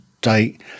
date